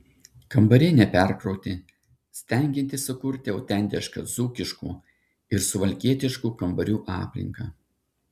kambariai neperkrauti stengiantis sukurti autentišką dzūkiškų ir suvalkietiškų kambarių aplinką